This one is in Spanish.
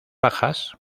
bajas